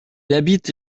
habite